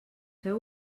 feu